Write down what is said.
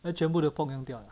then 全部的 pork 用掉